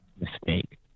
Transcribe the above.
mistake